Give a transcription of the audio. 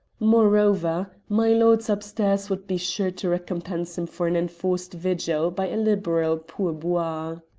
moreover, milords upstairs would be sure to recompense him for an enforced vigil by a liberal pourboire.